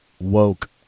woke